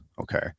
Okay